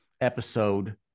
episode